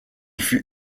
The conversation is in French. fut